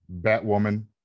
Batwoman